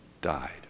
died